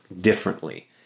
differently